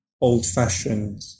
old-fashioned